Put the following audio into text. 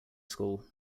school